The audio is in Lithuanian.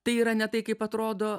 tai yra ne taip kaip atrodo